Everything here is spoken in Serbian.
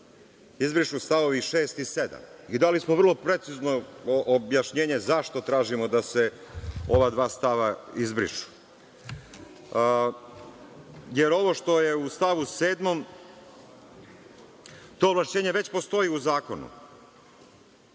izbrišu stavovi 6. i 7. i dali smo vrlo precizno objašnjenje zašto tražimo da se ova dva stava izbrišu, jer ovo što je u stavu 7, to ovlašćenje već postoji u zakonu.